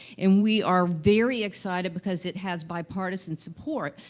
and we are very excited, because it has bipartisan support.